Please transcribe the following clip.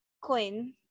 coin